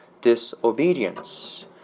disobedience